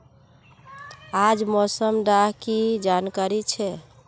आज मौसम डा की जानकारी छै?